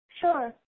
Sure